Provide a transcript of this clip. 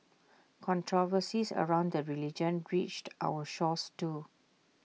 controversies around the religion reached our shores too